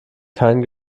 keinen